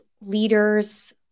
leaders